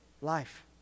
life